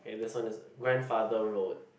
okay this one is grandfather road